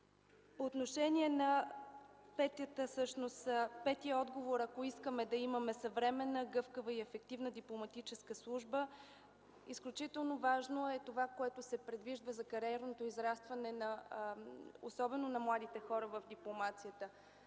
отношение на петия отговор, ако искаме да имаме съвременна, гъвкава и ефективна дипломатическа служба, изключително важно е това, което се предвижда за кариерното израстване, особено на младите хора в дипломацията.